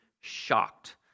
shocked